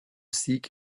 sieg